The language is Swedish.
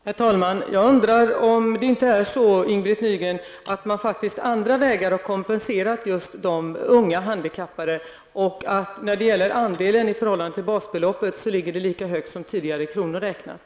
Herr talman! Jag undrar, Ing-Britt Nygren, om man inte andra vägar har kompenserat just de unga handikappade. Andelen ligger i förhållande till basbeloppet lika högt som tidigare, i kronor räknat.